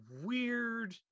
weird